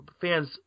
fans